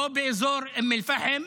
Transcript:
לא באזור אום אל-פחם,